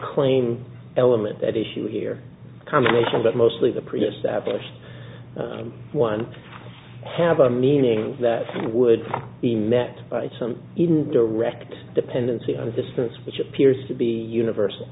claim element that issue here accommodation but mostly the pre established one have a meaning that would be met by some even direct dependency of a distance which appears to be universal